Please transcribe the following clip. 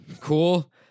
cool